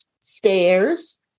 stairs